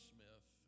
Smith